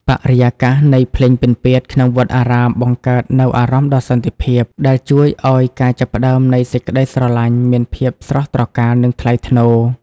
បរិយាកាសនៃ "ភ្លេងពិណពាទ្យ" ក្នុងវត្តអារាម បង្កើតនូវអារម្មណ៍ដ៏សន្តិភាព ដែលជួយឱ្យការចាប់ផ្ដើមនៃសេចក្ដីស្រឡាញ់មានភាពស្រស់ត្រកាល និងថ្លៃថ្នូរ។